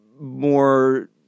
more